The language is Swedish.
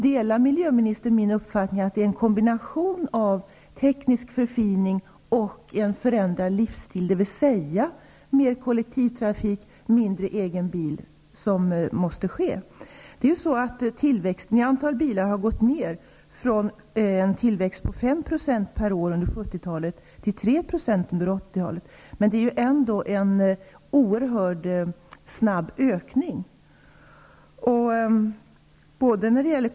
Delar miljöministern min uppfattning att det handlar om en kombination av teknisk förfining och en förändring av livsstil, dvs. mer kollektivtrafik och mindre användning av egen bil? Tillväxten när det gäller antalet bilar har minskat från 5 % per år under 70-talet till 3 % under 80 talet. Men det är ändå en oerhört snabb ökning.